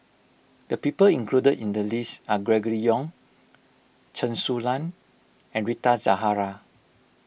the people included in the list are Gregory Yong Chen Su Lan and Rita Zahara